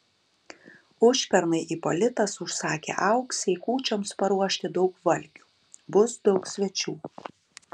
užpernai ipolitas užsakė auksei kūčioms paruošti daug valgių bus daug svečių